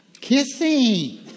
Kissing